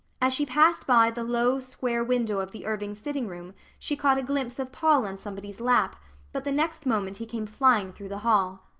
as she passed by the low, square window of the irving sitting room she caught a glimpse of paul on somebody's lap but the next moment he came flying through the hall.